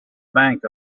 bank